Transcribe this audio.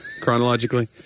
chronologically